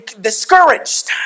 discouraged